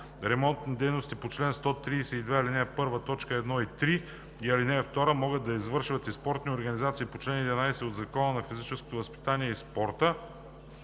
„Ремонтни дейности по чл. 132, ал. 1, т. 1 и 3 и ал. 2 могат да извършват и спортни организации по чл. 11 от Закона за физическото възпитание и спорта,